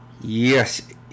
Yes